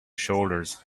shoulders